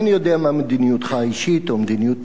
אינני יודע מה מדיניותך האישית או מדיניות